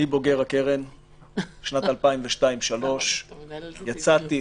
אני בוגר הקרן בשנת 2003-2002. יצאתי